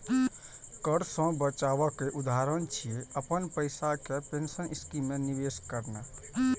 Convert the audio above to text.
कर सं बचावक उदाहरण छियै, अपन पैसा कें पेंशन स्कीम मे निवेश करनाय